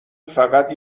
فقط